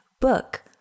book